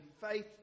faith